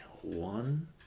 One